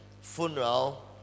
funeral